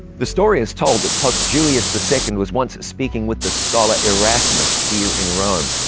the story is told that pope julius the second was once speaking with the scholar erasmus here in rome.